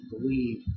believe